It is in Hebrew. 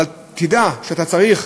אבל תדע שאתה צריך,